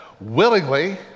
willingly